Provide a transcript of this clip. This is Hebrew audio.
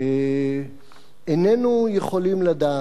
איננו יכולים לדעת,